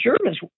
Germans